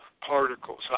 particles